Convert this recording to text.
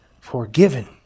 forgiven